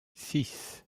six